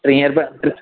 टीह रुपिया